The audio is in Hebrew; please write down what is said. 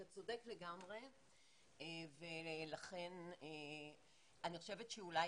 אתה צודק לגמרי ולכן אני חושבת שאולי